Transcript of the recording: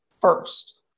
first